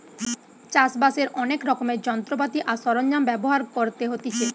চাষ বাসের অনেক রকমের যন্ত্রপাতি আর সরঞ্জাম ব্যবহার করতে হতিছে